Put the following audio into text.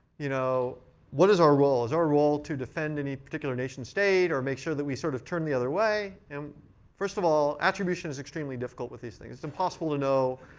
you know what is our role? is our role to defend any particular nation state, or make sure that we sort of turn the other way? um first of all, attribution is extremely difficult with these things. it's impossible to know